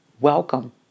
Welcome